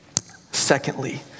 Secondly